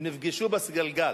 הם נפגשו בסגלגל.